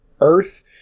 Earth